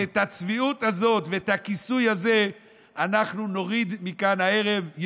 את הצביעות הזאת ואת הכיסוי הזה אנחנו נוריד מכאן הערב.